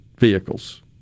vehicles